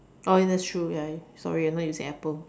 oh ya that's true ya sorry you not using apple